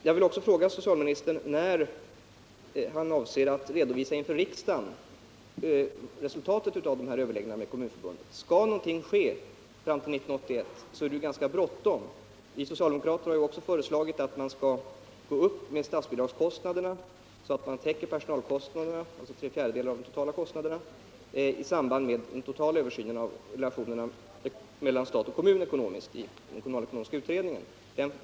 Jag vill också fråga socialministern när han avser att redovisa resultatet av överläggningarna med Kommunförbundet inför riksdagen. Skall någonting ske fram till 1981 är det ganska bråttom. Vi socialdemokrater har också föreslagit att man skall öka statsbidragskostnaderna så man täcker personalkostnaderna — alltså tre fjärdedelar av de totala kostnaderna — i samband med den totala översynen av de ekonomiska relationerna mellan stat och kommun i den kommunalekonomiska utredningen.